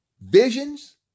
visions